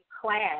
class